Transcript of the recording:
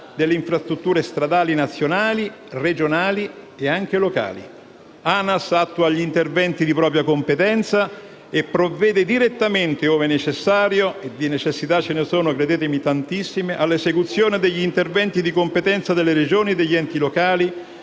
delle infrastrutture stradali nazionali, regionali e locali. ANAS attua gli interventi di propria competenza e provvede direttamente, ove necessario - e credetemi le necessità sono tantissime - all'esecuzione degli interventi di competenza delle Regioni e degli enti locali